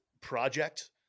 project